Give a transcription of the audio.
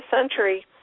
century